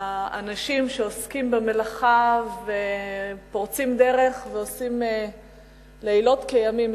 לאנשים העוסקים במלאכה ופורצים דרך ועושים לילות כימים.